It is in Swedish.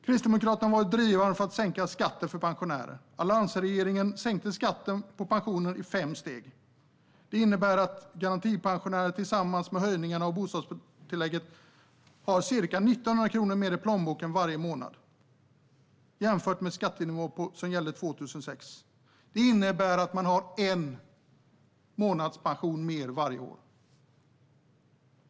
Kristdemokraterna har varit drivande för att sänka skatten för pensionärer, och alliansregeringen sänkte skatten på pensioner i fem steg. Det innebär att en garantipensionär tillsammans med höjningen av bostadstillägget har ca 1 900 kronor mer i plånboken varje månad jämfört med den skattenivå som gällde 2006. Det innebär att man har en månads pension mer varje år.